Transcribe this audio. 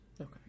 Okay